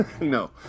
no